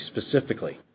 specifically